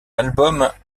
albums